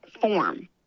form